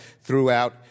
throughout